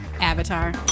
Avatar